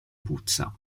puzza